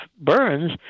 Burns